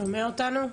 שומע אותנו?